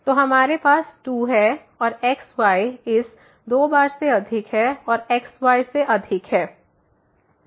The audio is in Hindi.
तो हमारे पास 2 है और xy इस 2 बार से अधिक है और xy से अधिक है